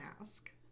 ask